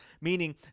meaning